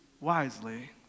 wisely